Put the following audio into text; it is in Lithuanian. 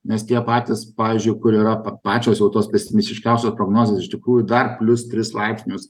nes tie patys pavyzdžiui kur yra pa pačios jau tos pesimistiškiausios prognozės iš tikrųjų dar plius tris laipsnius